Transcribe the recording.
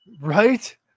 Right